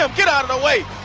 ah get our and way